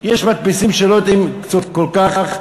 יש מדפיסים שלא יודעים כל כך,